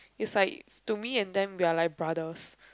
it's like to me and them we are like brothers